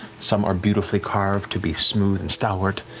some are beautifully carved to be smooth and stalwart,